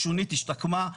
השונית השתקמה,